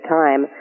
time